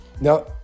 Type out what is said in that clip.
Now